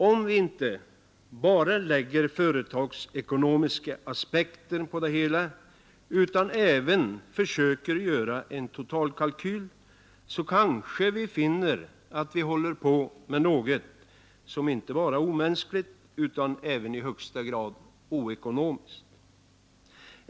Om vi inte bara lägger företagsekonomiska aspekter på det hela utan även försöker göra en totalkalkyl, så kanske vi finner att vi håller på med något som inte bara är omänskligt utan i högsta grad oekonomiskt.